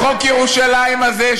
חוק ירושלים הזה,